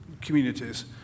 communities